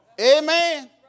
Amen